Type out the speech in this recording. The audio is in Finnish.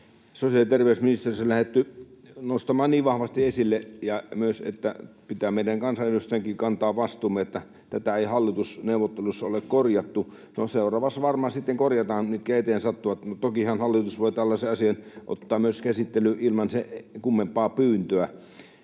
sosiaali- ja terveysministeriössä lähdetty nostamaan niin vahvasti esille. Myös meidän kansanedustajien pitää kantaa vastuumme siitä, että tätä ei hallitusneuvotteluissa ole korjattu. No, niissä seuraavissa varmaan sitten korjataan, mitkä eteen sattuvat, mutta tokihan hallitus voi myös ottaa tällaisen asian käsittelyyn ilman sen kummempaa pyyntöä.